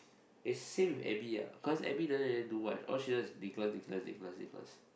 eh same with Abby ah cause Abby doesn't really do much all she does is